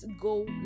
go